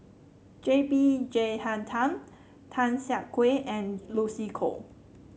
J B Jeyaretnam Tan Siah Kwee and Lucy Koh